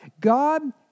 God